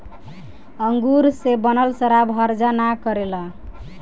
अंगूर से बनल शराब हर्जा ना करेला